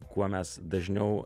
kuo mes dažniau